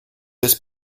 this